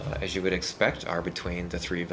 s as you would expect are between the three